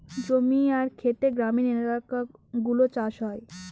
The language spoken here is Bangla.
জমি আর খেতে গ্রামীণ এলাকাগুলো চাষ হয়